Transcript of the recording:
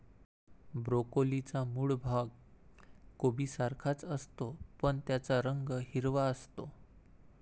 ब्रोकोलीचा मूळ भाग कोबीसारखाच असतो, पण त्याचा रंग हिरवा असतो